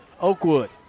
Oakwood